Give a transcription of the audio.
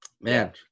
man